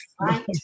right